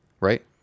Right